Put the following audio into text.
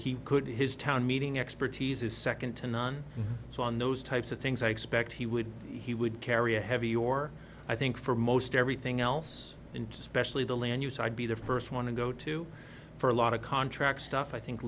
he could his town meeting expertise is second to none so on those types of things i expect he would he would carry a heavy your i think for most everything else into specially the land use i'd be the first want to go to for a lot of contract stuff i think